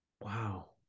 Wow